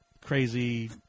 crazy